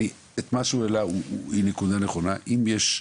את מה שהוא העלה זה נקודה נכונה, אם יש,